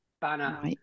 banner